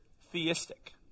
theistic